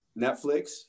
Netflix